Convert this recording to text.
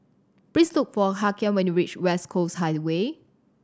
please look for Hakeem when you reach West Coast Highway